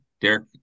Derek